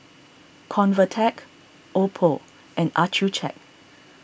Convatec Oppo and Accucheck